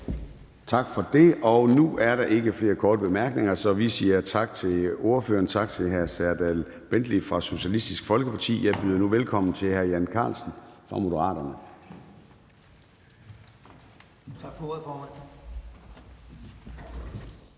Tak for det. Nu er der ikke flere korte bemærkninger, så vi siger tak til ordføreren. Tak til hr. Serdal Benli fra Socialistisk Folkeparti. Jeg byder nu velkommen til hr. Jan Carlsen fra Moderaterne.